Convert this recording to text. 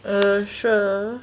uh sure